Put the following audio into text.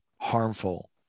harmful